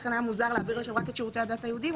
לכן היה מוזר להעביר לשם רק את שירותי הדת היהודיים,